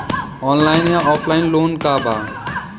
Online या offline loan का बा?